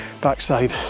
backside